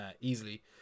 easily